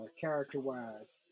character-wise